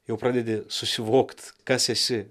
jau pradedi susivokt kas esi